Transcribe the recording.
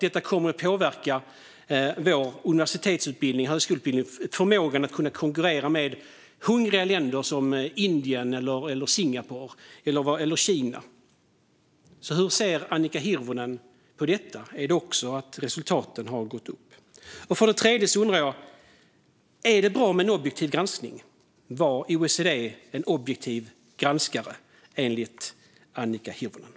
Det kommer att påverka vår universitetsutbildning och högskoleutbildning och vår förmåga att konkurrera med hungriga länder som Indien, Singapore och Kina. Hur ser Annika Hirvonen på detta? Har även detta att göra med att resultaten har gått upp? Jag undrar även: Är det bra med en objektiv granskning? Var OECD, enligt Annika Hirvonen, en objektiv granskare?